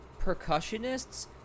percussionists